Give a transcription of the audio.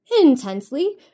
intensely